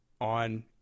on